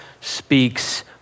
speaks